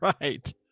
Right